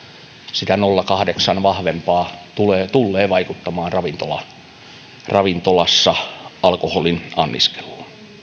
sitä nolla pilkku kahdeksan vahvempaa tullee vaikuttamaan ravintolassa alkoholin anniskeluun